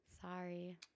Sorry